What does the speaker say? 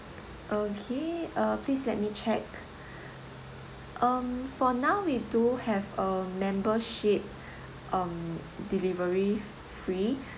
uh please let me check um for now we do have a membership um delivery free